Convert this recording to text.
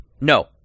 No